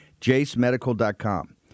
JaceMedical.com